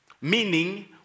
Meaning